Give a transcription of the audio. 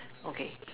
okay